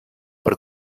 per